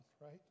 right